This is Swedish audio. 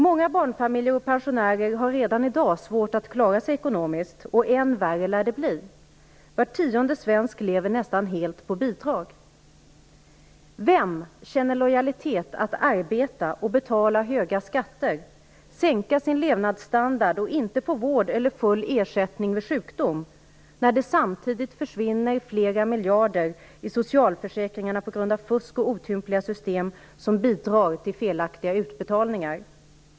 Många barnfamiljer och pensionärer har redan i dag svårt att klara sig ekonomiskt och än värre lär det bli. Var tionde svensk lever nästan helt på bidrag. Vem känner lojalitet att arbeta och betala höga skatter, sänka sin levnadsstandard och inte få vård eller full ersättning vid sjukdom när det samtidigt försvinner flera miljarder i socialförsäkringarna på grund av fusk och otympliga system som bidrar till felaktiga utbetalningar?